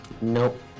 Nope